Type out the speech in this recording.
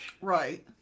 right